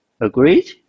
Agreed